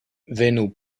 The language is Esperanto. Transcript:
venu